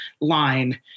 line